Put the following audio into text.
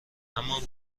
همان